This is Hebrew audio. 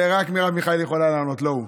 על זה רק מרב מיכאלי יכולה לענות, לא הוא.